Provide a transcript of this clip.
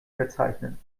verzeichnen